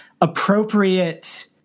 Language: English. appropriate